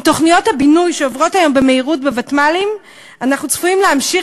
עם תוכניות הבינוי שעוברות היום במהירות בוותמ"לים אנחנו צפויים להמשיך